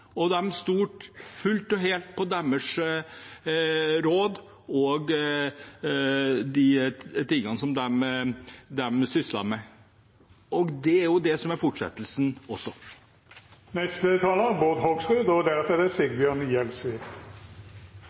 stolte fullt og helt på deres råd og de tingene som de syslet med. Og det er jo det som er fortsettelsen også.